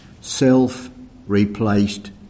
Self-replaced